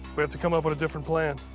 we have to come up with a different plan.